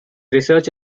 research